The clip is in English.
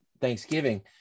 Thanksgiving